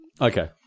Okay